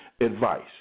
advice